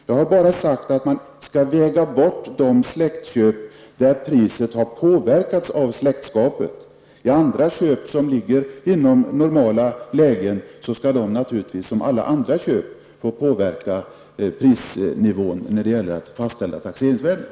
Jag har sagt att man skall väga bort de släktköp där priset har påverkats av släktskapet. Andra köp, som ligger inom normala lägen, skall naturligtvis som alla andra köp få påverka prisnivån när det gäller att fastställa taxeringsvärden.